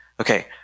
Okay